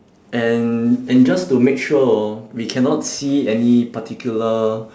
and and just to make sure hor we cannot see any particular